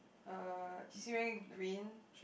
uh is he wearing green